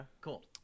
cool